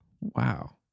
Wow